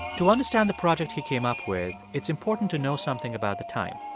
to understand the project he came up with, it's important to know something about the time.